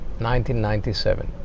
1997